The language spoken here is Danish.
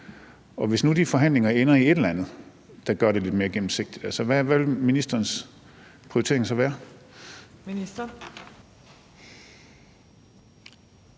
hvis nu de forhandlinger ender i et eller andet, der gør det lidt mere gennemsigtigt, hvad vil ministerens prioritering så være?